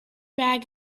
bag